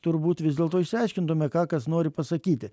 turbūt vis dėlto išsiaiškintume ką kas nori pasakyti